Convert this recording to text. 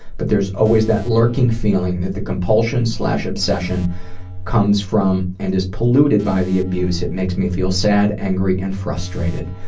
but there's always that lurking feeling that the compulsion obsession comes from and is polluted by the abuse. it makes me feel sad, angry, and frustrated.